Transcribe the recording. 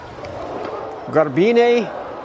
Garbine